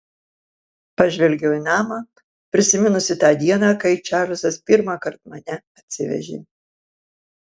pažvelgiau į namą prisiminusi tą dieną kai čarlzas pirmąkart mane atsivežė